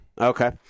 Okay